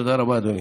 תודה רבה, אדוני.